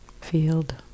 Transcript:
field